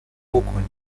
بکنی